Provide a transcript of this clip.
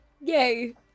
Yay